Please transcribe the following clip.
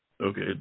Okay